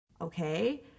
okay